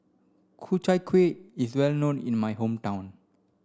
Ku Chai Kueh is well known in my hometown